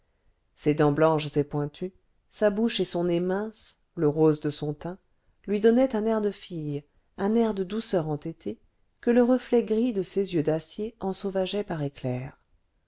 ses dents blanches et pointues sa bouche et son nez minces le rose de son teint lui donnaient un air de fille un air de douceur entêtée que le reflet gris de ses yeux d'acier ensauvageait par éclairs